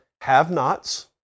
have-nots